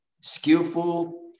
skillful